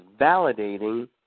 validating